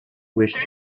wish